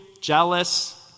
jealous